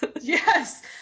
Yes